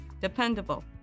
dependable